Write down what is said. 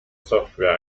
software